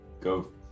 go